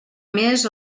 més